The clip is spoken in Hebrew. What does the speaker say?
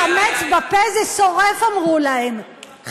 חמץ בפה זה שורף, אמרו להם.